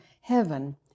heaven